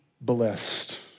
blessed